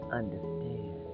understand